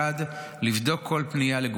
בשנה שעברה לא קיבלנו פניות בנושא כלל.